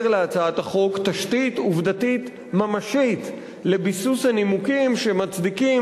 להצעת החוק תשתית עובדתית ממשית לביסוס הנימוקים שמצדיקים